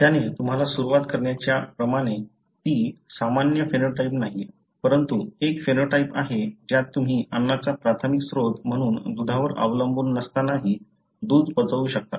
त्याने तुम्हाला सुरुवात करण्याच्या प्रमाणे ती सामान्य फेनोटाइप नाहीये परंतु एक फिनोटाइप आहे ज्यात तुम्ही अन्नाचा प्राथमिक स्त्रोत म्हणून दुधावर अवलंबून नसतानाही दूध पचवू शकता